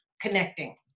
connecting